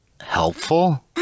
helpful